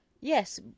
yes